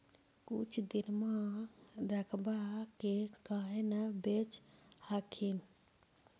कुछ दिनमा रखबा के काहे न बेच हखिन?